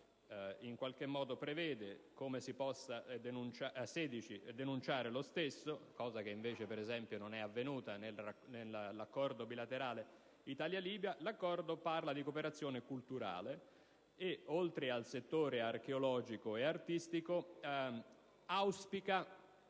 all'articolo 16 prevede le modalità per denunciare lo stesso (cosa che invece, per esempio, non è avvenuta con l'Accordo bilaterale Italia-Libia) - parla di cooperazione culturale e, oltre al settore archeologico e artistico, auspica